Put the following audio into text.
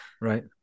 right